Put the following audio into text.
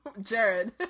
Jared